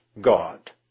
God